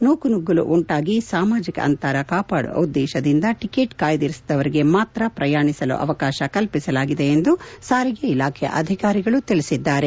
ನೂಕುನುಗ್ಗಲು ಉಂಟಾಗಿ ಸಾಮಾಜಿಕ ಅಂತರ ಕಾಪಾಡುವ ಉದ್ದೇಶದಿಂದ ಟಕೆಟ್ ಕಾಯ್ನಿರಿಸಿದವರಿಗೆ ಮಾತ್ರ ಪ್ರಯಾಣಿಸಲು ಅವಕಾಶ ಕಲ್ಪಿಸಿದೆ ಎಂದು ಸಾರಿಗೆ ಇಲಾಖೆಯ ಅಧಿಕಾರಿಗಳು ತಿಳಿಸಿದ್ದಾರೆ